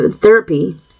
therapy